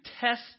test